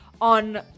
on